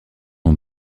ont